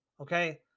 Okay